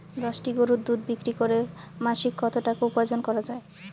দশটি গরুর দুধ বিক্রি করে মাসিক কত টাকা উপার্জন করা য়ায়?